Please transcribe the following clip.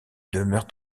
demeurent